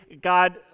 God